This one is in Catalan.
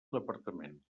departament